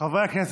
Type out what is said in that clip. חברי הכנסת,